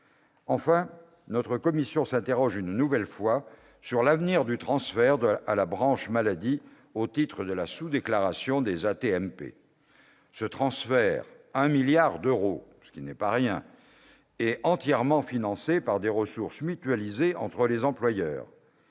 Enfin, notre commission s'interroge une nouvelle fois sur l'avenir du versement à la branche maladie au titre de la sous-déclaration des AT-MP. Ce transfert, qui s'élève à 1 milliard d'euros, ce qui n'est pas rien, est entièrement financé par des ressources mutualisées entre les employeurs.